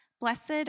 Blessed